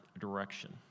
direction